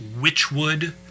Witchwood